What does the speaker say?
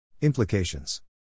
Implications